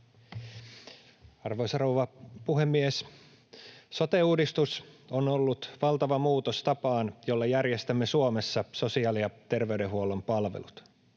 Arvoisa rouva puhemies! Sote-uudistus on ollut valtava muutos tapaan, jolla järjestämme Suomessa sosiaali- ja terveydenhuollon palvelut.